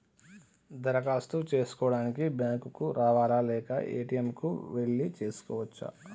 దరఖాస్తు చేసుకోవడానికి బ్యాంక్ కు రావాలా లేక ఏ.టి.ఎమ్ కు వెళ్లి చేసుకోవచ్చా?